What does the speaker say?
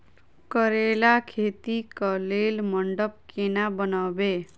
करेला खेती कऽ लेल मंडप केना बनैबे?